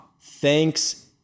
thanks